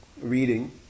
reading